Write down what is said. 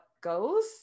goes